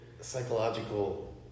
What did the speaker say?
psychological